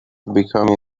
becoming